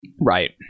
Right